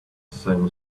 same